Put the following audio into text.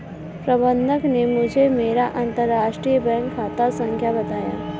प्रबन्धक ने मुझें मेरा अंतरराष्ट्रीय बैंक खाता संख्या बताया